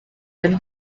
can